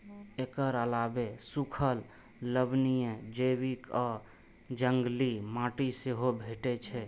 एकर अलावे सूखल, लवणीय, जैविक आ जंगली माटि सेहो भेटै छै